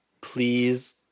Please